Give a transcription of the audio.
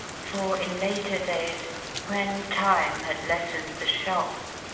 for, in later days when time had lessened the shock,